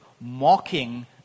mocking